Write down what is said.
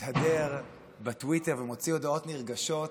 מתהדר ומוציא הודעות נרגשות,